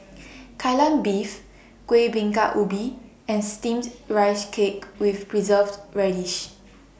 Kai Lan Beef Kueh Bingka Ubi and Steamed Rice Cake with Preserved Radish